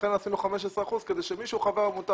לכן עשינו 15 אחוזים כדי שמי שהוא חבר עמותה